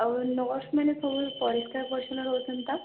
ଆଉ ନର୍ସମାନେ ସବୁବେଳେ ପରିସ୍କାର ପରିଚ୍ଛନ ରହୁଛନ୍ତି ତ